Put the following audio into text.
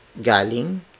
Galing